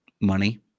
Money